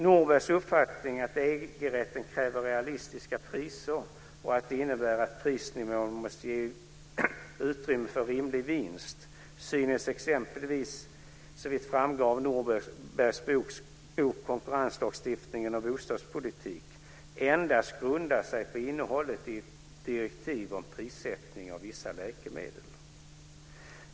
Norbergs uppfattning att EG rätten kräver "realistiska priser" och att detta innebär att prisnivån måste ge utrymme för "rimlig vinst" synes exempelvis - såvitt framgår av Norbergs bok Konkurrenslagstiftningen och bostadspolitik - endast grunda sig på innehållet i ett direktiv om prissättning av vissa läkemedel.